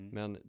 Men